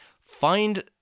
Find